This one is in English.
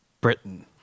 Britain